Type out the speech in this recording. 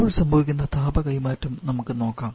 ഇപ്പോൾ സംഭവിക്കുന്ന താപ കൈമാറ്റം നമുക്ക് നോക്കാം